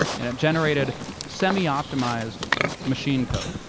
and it generated semi optimized machine code.